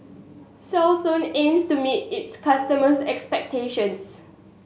Selsun aims to meet its customers' expectations